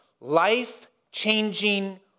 life-changing